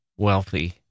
Wealthy